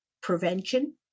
prevention